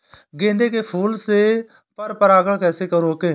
गेंदे के फूल से पर परागण कैसे रोकें?